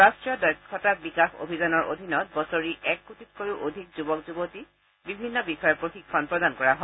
ৰাষ্ট্ৰীয় দক্ষতা বিকাশ অভিযানৰ অধীনত বছৰি এক কোটিতকৈও অধিক যুৱক যুৱতীক বিভিন্ন বিষয়ৰ প্ৰশিক্ষণ প্ৰদান কৰা হয়